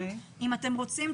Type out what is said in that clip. אם אתם רוצים,